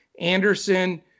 Anderson